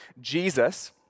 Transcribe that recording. Jesus